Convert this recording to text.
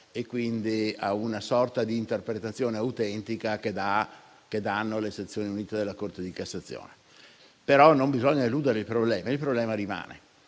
e, quindi, a una sorta di interpretazione autentica che danno le sezioni unite della Corte di cassazione. Non bisogna, però eludere il problema; il problema rimane.